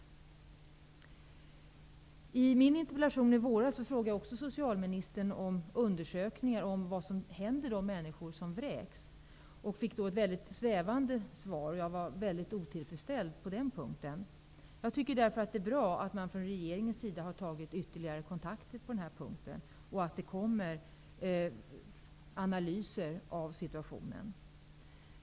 I min interpellation i våras till socialministern efterfrågade jag också undersökningar om vad som händer med de människor som vräks. Då fick jag ett mycket svävande svar. Jag var mycket otillfredsställd på den punkten. Därför tycker jag att det är bra att regeringen har tagit ytterligare kontakter här och att det kommer analyser av situationen.